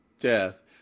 death